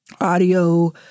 audio